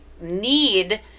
need